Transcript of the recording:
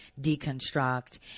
deconstruct